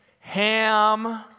Ham